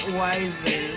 wiser